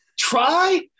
Try